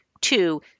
two